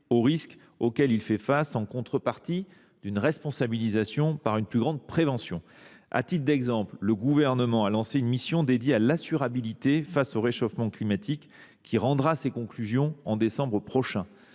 aux risques auxquels il fait face, en contrepartie d’une responsabilisation par une plus grande prévention. À titre d’exemple, le Gouvernement a lancé une mission dédiée à l’assurabilité face au réchauffement climatique, qui rendra ses conclusions en décembre prochain.